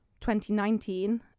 2019